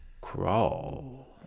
crawl